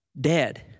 dead